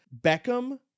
Beckham